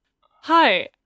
Hi